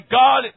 god